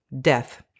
death